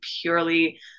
purely